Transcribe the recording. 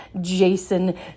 Jason